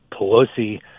Pelosi